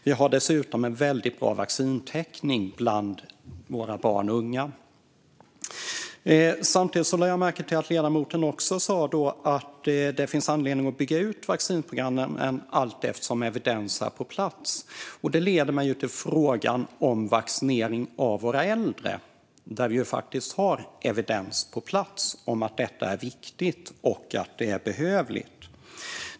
Vi har dessutom en väldigt bra vaccintäckning bland våra barn och unga. Jag lade också märke till att ledamoten sa att det finns anledning att bygga ut vaccinprogrammen allteftersom evidens är på plats. Det leder mig till frågan om vaccinering av våra äldre. Vi har faktiskt evidens på plats om att detta är viktigt och behövligt.